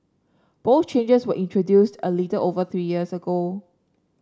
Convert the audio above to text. both changes were introduced a little over three years ago